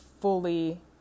fully